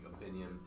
opinion